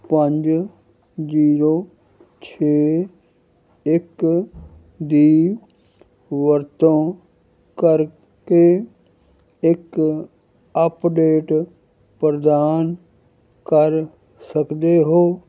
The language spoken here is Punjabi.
ਪੰਜ ਜੀਰੋ ਛੇ ਇੱਕ ਦੀ ਵਰਤੋਂ ਕਰਕੇ ਇੱਕ ਅਪਡੇਟ ਪ੍ਰਦਾਨ ਕਰ ਸਕਦੇ ਹੋ